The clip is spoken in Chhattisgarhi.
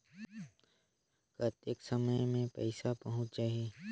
कतेक समय मे पइसा पहुंच जाही?